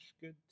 good